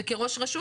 וכראש רשות,